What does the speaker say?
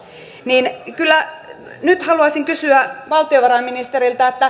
kyllä nyt haluaisin kysyä valtiovarainministeriltä